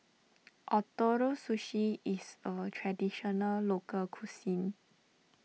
Ootoro Sushi is a Traditional Local Cuisine